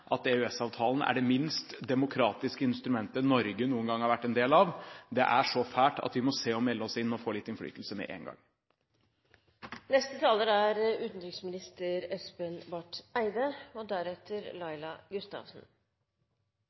at EØS-avtalen er det minst demokratiske instrumentet Norge noen gang har vært en del av – det er så fælt at vi må se å melde oss inn og få litt innflytelse med en